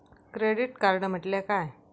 Credit card म्हटल्या काय?